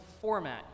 format